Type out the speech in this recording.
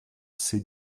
ces